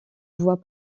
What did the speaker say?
voit